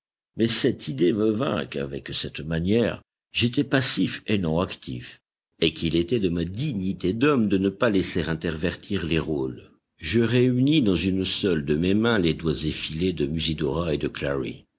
mais cette idée me vint qu'avec cette manière j'étais passif et non actif et qu'il était de ma dignité d'homme de ne pas laisser intervertir les rôles je réunis dans une seule de mes mains les doigts effilés de musidora et de clary